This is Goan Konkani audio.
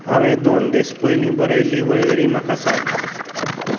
हांवें दोन दीस पयलीं बरयल्ली वळेरी म्हाका सांग